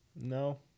No